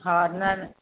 हा न न